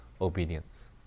Obedience